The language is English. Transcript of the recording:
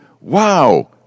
wow